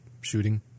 shooting